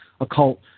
occult